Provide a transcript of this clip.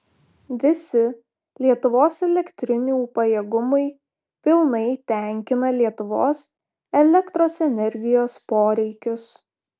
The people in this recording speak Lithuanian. visi lietuvos elektrinių pajėgumai pilnai tenkina lietuvos elektros energijos poreikius